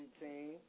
team